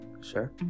Sure